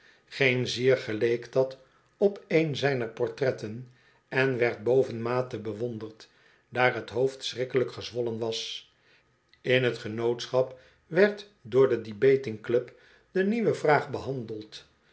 geen zier geleek dat op een zijner portretten en werd bovenmate bewonderd daar t hoofd schrikkelijk gezwollen was in t genootschap werd door den debating club de nieuwe vraag behandeld